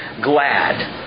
glad